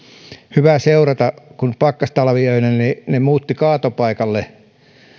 hyvä seurata kun ne pakkastalviöinä muuttivat kaatopaikalle